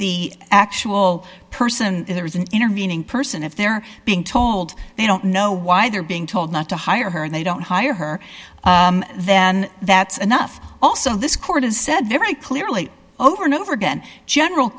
the actual person there is an intervening person if they're being told they don't know why they're being told not to hire her and they don't hire her then that's enough also this court has said very clearly over and over again general